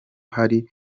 hari